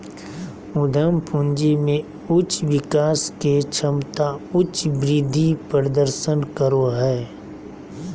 उद्यम पूंजी में उच्च विकास के क्षमता उच्च वृद्धि प्रदर्शन करो हइ